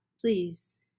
Please